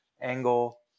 angle